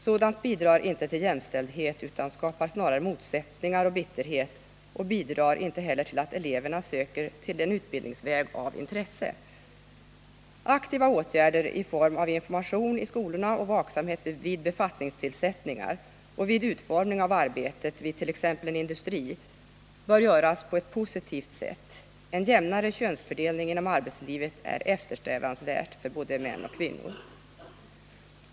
Sådant bidrar inte till jämställdhet, utan skapar snarare motsättningar och bitterhet. Det bidrar verkligen inte heller till att eleverna söker sig till en utbildningsväg av intresse. Aktiva åtgärder i form av information i skolorna och vaksamhet vid befattningstillsättningar samt vid utformning av arbetet vid t.ex. en industri bör göras på ett positivt sätt. En jämnare könsfördelning inom arbetslivet är eftersträvansvärd för både män och kvinnor.